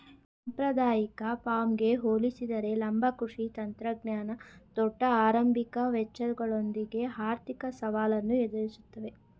ಸಾಂಪ್ರದಾಯಿಕ ಫಾರ್ಮ್ಗೆ ಹೋಲಿಸಿದರೆ ಲಂಬ ಕೃಷಿ ತಂತ್ರಜ್ಞಾನ ದೊಡ್ಡ ಆರಂಭಿಕ ವೆಚ್ಚಗಳೊಂದಿಗೆ ಆರ್ಥಿಕ ಸವಾಲನ್ನು ಎದುರಿಸ್ತವೆ